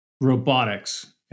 robotics